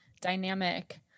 dynamic